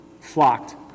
Flocked